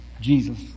Jesus